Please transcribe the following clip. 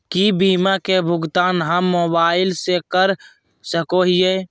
की बीमा के भुगतान हम मोबाइल से कर सको हियै?